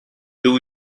two